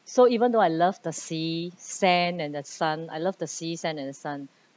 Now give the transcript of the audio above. so even though I love the sea sand and the sun I love the sea sand and the sun